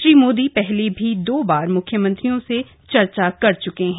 श्री मोदी पहले भी दो बार म्ख्यमंत्रियों से चर्चा कर च्के हैं